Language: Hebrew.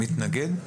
מתנגד?